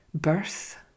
birth